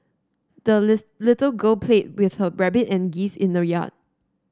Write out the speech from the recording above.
the little girl played with her rabbit and geese in the yard